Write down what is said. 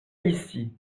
ici